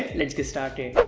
let's get started.